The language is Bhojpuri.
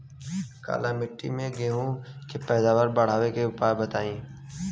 काली मिट्टी में गेहूँ के पैदावार बढ़ावे के उपाय बताई?